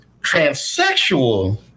Transsexual